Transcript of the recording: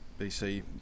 BC